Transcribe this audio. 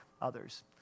others